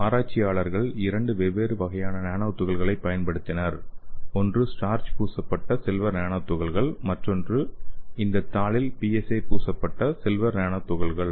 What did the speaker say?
ஆராய்ச்சியாளர்கள் இரண்டு வெவ்வேறு வகையான நானோ துகள்களைப் பயன்படுத்தினர் ஒன்று ஸ்டார்ச் பூசப்பட்ட சில்வர் நானோ துகள்கள் மற்றொன்று இந்த தாளில் பிஎஸ்ஏ பூசப்பட்ட சில்வர் நானோ துகள்கள்